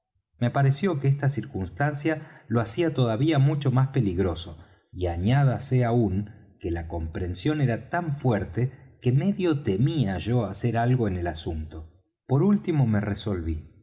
me pareció que esta circunstancia lo hacía todavía mucho más peligroso y añádase aún que la compresión era tan fuerte que medio temía yo hacer algo en el asunto por último me resolví